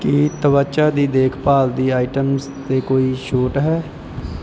ਕੀ ਤਵਚਾ ਦੀ ਦੇਖ ਭਾਲ ਦੀ ਆਇਟਮਸ 'ਤੇ ਕੋਈ ਛੋਟ ਹੈ